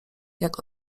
jak